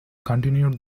continued